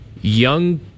young